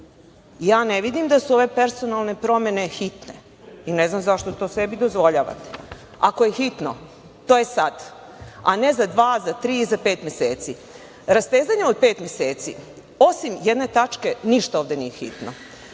Ja ne vidim da su ove personalne promene hitne i ne znam zašto to sebi dozvoljavate. Ako je hitno to je sad, a ne za dva, za tri, za pet meseci. Rastezanje od pet meseci, osim jedne tačke, ništa ovde nije hitno.